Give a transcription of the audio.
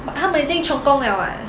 but 他们已经充公 liao [what]